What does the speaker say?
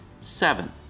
seven